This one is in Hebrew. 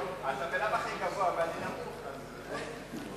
אתה בלאו הכי גבוה ואני נמוך זה נכון,